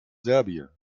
serbien